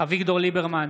אביגדור ליברמן,